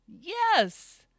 yes